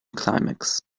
climax